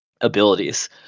abilities